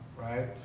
right